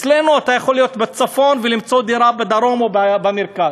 אצלנו אתה יכול להיות בצפון ולמצוא דירה בדרום או במרכז.